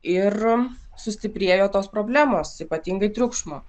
ir sustiprėjo tos problemos ypatingai triukšmo